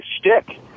shtick